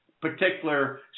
particular